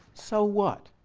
so what?